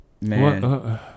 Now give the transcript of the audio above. man